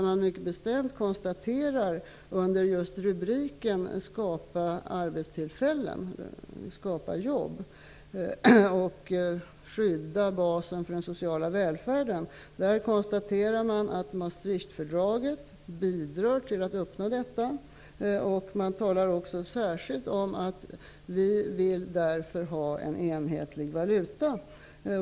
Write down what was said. Man konstaterar mycket bestämt under rubriken ''Skapa arbetstillfällen och skydda basen för den sociala välfärden'' att Maastrichtfördraget bidrar till att uppnå detta. Man talar särskilt om att man därför vill ha en enhetlig valuta.